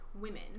women